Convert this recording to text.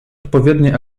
odpowiednie